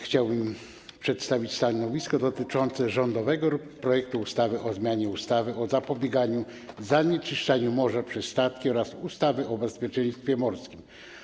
Chciałbym przedstawić stanowisko dotyczące rządowego projektu ustawy o zmianie ustawy o zapobieganiu zanieczyszczaniu morza przez statki oraz ustawy o bezpieczeństwie morskim.